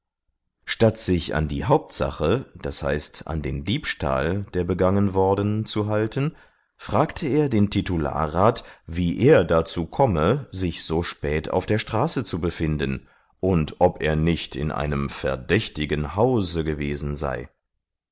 statt sich an die hauptsache das heißt an den diebstahl der begangen worden zu halten fragte er den titularrat wie er dazu komme sich so spät auf der straße zu befinden und ob er nicht in einem verdächtigen hause gewesen sei